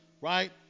right